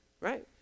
right